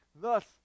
Thus